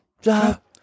stop